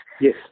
Yes